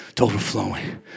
overflowing